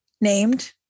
named